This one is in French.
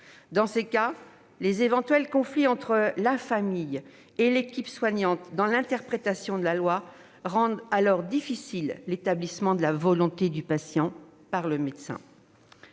chroniques. Les éventuels conflits entre la famille et l'équipe soignante dans l'interprétation de la loi rendent alors difficile l'établissement de la volonté du patient par le médecin.